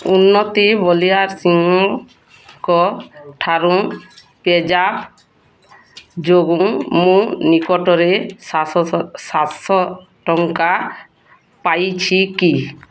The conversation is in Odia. ଉନ୍ନତି ବଳିଆରସିଂହଙ୍କ ଠାରୁ ପେଜାପ୍ ଯୋଗେ ମୁଁ ନିକଟରେ ସାତଶହ ଟଙ୍କା ପାଇଛି କି